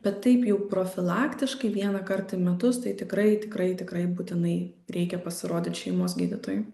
bet taip jau profilaktiškai vienąkart į metus tai tikrai tikrai tikrai būtinai reikia pasirodyt šeimos gydytojui